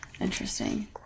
Interesting